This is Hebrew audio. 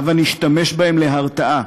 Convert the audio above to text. הבה נשתמש בהם להרתעה.